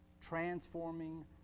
transforming